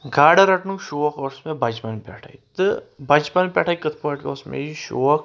گاڈٕ رَٹنُک شوق اوسُس مےٚ بَچہٕ پَن پؠٹھٕے تہٕ بَچپَن پؠٹھٕے کٕتھ پٲٹھۍ اوس مےٚ یہِ شوق